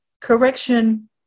Correction